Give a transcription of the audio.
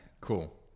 Cool